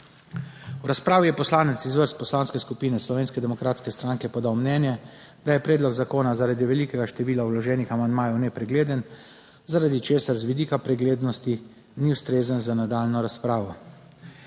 V razpravi je poslanec iz vrst Poslanske skupine Slovenske demokratske stranke podal mnenje, da je predlog zakona, zaradi velikega števila vloženih amandmajev nepregleden, zaradi česar z vidika preglednosti ni ustrezen za nadaljnjo razpravo.